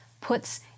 puts